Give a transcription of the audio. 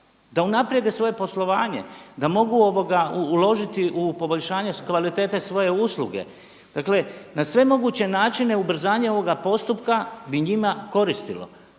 da unaprijede svoje poslovanje, da mogu uložiti u poboljšanje kvalitete svoje usluge. Dakle na sve moguće načine ubrzanje ovoga postupka bi njima koristilo.